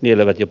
nielevät jopa puolet